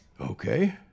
Okay